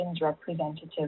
Representative